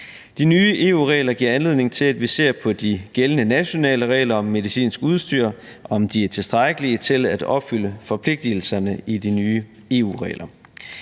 De nye EU-regler giver anledning til, at vi ser på de gældende nationale regler om medicinsk udstyr, altså om de er tilstrækkelige til at opfylde forpligtelserne i de nye EU-regler.